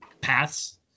paths